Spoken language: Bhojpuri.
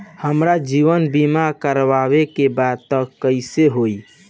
हमार जीवन बीमा करवावे के बा त कैसे होई?